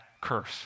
curse